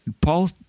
Paul